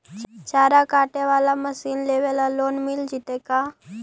चारा काटे बाला मशीन लेबे ल लोन मिल जितै का?